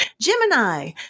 Gemini